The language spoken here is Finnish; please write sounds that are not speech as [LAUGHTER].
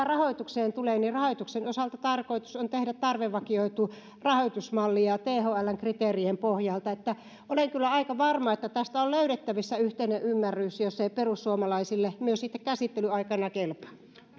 [UNINTELLIGIBLE] rahoitukseen tulee niin rahoituksen osalta tarkoitus on tehdä tarvevakioitu rahoitusmalli thln kriteerien pohjalta olen kyllä aika varma että tästä on löydettävissä yhteinen ymmärrys jos se perussuomalaisille myös sitten käsittelyaikana kelpaa